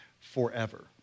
forever